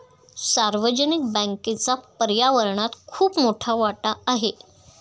सार्वजनिक बँकेचा पर्यावरणात खूप मोठा वाटा आहे